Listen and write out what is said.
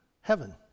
Heaven